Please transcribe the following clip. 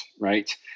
right